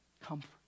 Comfort